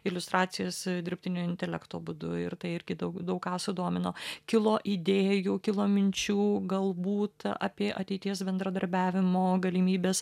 iliustracijas dirbtinio intelekto būdu ir tai irgi daug daug ką sudomino kilo idėjų kilo minčių galbūt apie ateities bendradarbiavimo galimybes